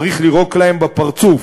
צריך לירוק להם בפרצוף,